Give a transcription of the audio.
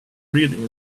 reading